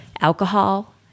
Alcohol